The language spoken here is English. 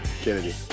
Kennedy